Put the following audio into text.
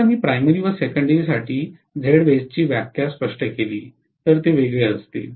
आता मी प्राइमरी व सेकंडेरी साठी Zbase ची व्याख्या स्पष्ट केली तर ते वेगळे असतील